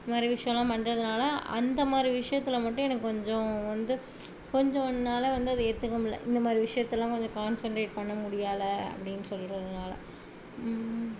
இது மாதிரி விஷயலாம் பண்ணுறதுனால அந்த மாதிரி விஷயத்துல மட்டும் எனக்கு கொஞ்சம் வந்து கொஞ்சம் என்னால் வந்து அதை ஏற்றுக்க முடில்ல இந்த மாதிரி விஷயத்துலாம் கொஞ்சம் கான்சன்ட்ரேட் பண்ண முடியலை அப்படின் சொல்லிடுவதுனால்